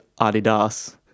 Adidas